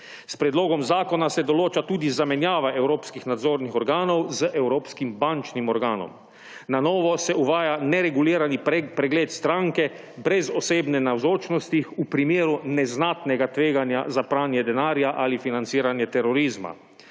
S predlogom zakona se določa tudi zamenjava evropskih nadzornih organov z evropskim bančnim organom. Na novo se uvaja neregulirani pregled stranke brez osebne navzočnosti v primeri neznatnega tveganja za pranje denarja ali financiranje terorizma.